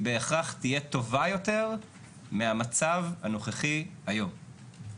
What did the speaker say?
בהכרח תהיה טובה יותר מהמצב הנוכחי היום.